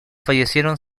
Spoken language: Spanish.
fallecieron